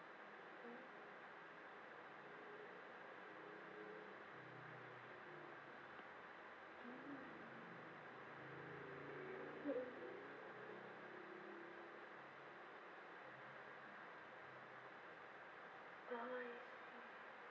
mm mm mmhmm oh I see